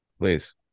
Please